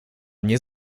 mnie